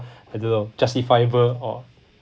I don't know justifiable or